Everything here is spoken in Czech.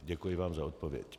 Děkuji vám za odpověď.